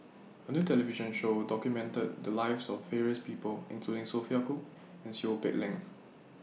A New television Show documented The Lives of various People including Sophia Cooke and Seow Peck Leng